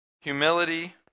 humility